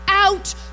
out